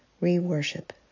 Re-Worship